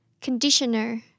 Conditioner